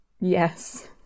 Yes